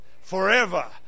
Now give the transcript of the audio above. forever